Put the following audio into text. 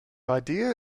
idea